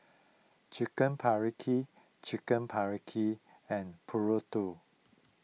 Chicken Paprikas Chicken Paprikas and Burrito